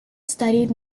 studied